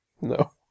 no